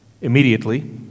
Immediately